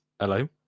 Hello